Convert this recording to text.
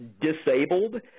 disabled